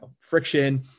friction